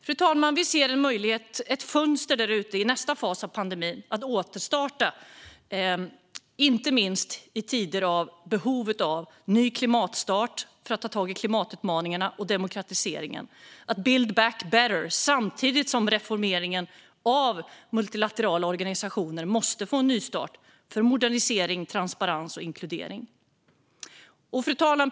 Fru talman! Vi ser ett fönster där ute i nästa fas av pandemin. Då handlar det om att återstarta. Inte minst gäller det behovet av en ny klimatstart för att ta tag i klimatutmaningarna liksom arbetet med demokratiseringen - build back better - samtidigt som reformeringen av multilaterala organisationer måste få en nystart, för modernisering, transparens och inkludering. Fru talman!